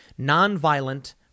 nonviolent